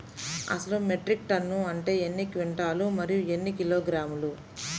అసలు metric ton అంటే ఎన్ని క్వింటాలు మరియు ఎన్ని కిలోగ్రాములు?